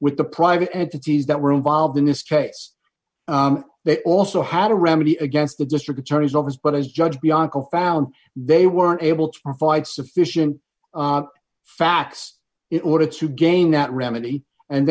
with the private entities that were involved in this case that also how to remedy against the district attorney's office but as judge bianco found they were able to provide sufficient facts in order to gain that